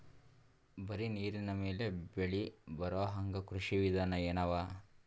ಬರೀ ನೀರಿನ ಮೇಲೆ ಬೆಳಿ ಬರೊಹಂಗ ಕೃಷಿ ವಿಧಾನ ಎನವ?